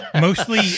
mostly